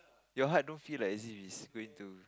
your heart don't feel like as if it's going to